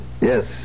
Yes